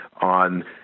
On